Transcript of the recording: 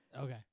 Okay